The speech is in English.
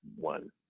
one